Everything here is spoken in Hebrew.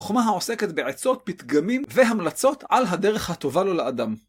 חומה העוסקת בעצות, פתגמים והמלצות על הדרך הטובה לו לאדם.